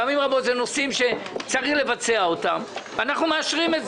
ופעמים רבות זה בנושאים שצריך לבצע ואנחנו מאשרים.